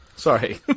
Sorry